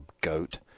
goat